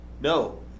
No